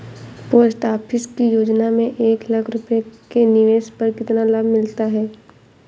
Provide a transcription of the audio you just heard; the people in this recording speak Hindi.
पोस्ट ऑफिस की योजना में एक लाख रूपए के निवेश पर कितना लाभ मिलता है?